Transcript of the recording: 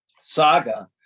saga